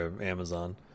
Amazon